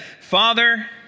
Father